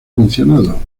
mencionado